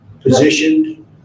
positioned